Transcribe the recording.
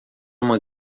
uma